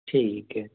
ठीक है